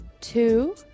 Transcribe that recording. two